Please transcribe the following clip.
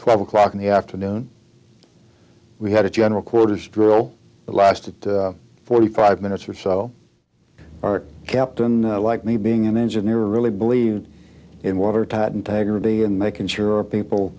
twelve o'clock in the afternoon we had a general quarters drill lasted forty five minutes or so our captain like me being an engineer really believed in watertight integrity and making sure people